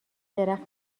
درخت